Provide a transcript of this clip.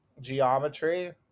geometry